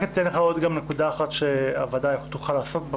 רק אתן לך עוד נקודה אחת שהוועדה תוכל לעסוק בה,